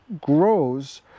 grows